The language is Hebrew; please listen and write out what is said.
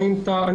חברת הכנסת,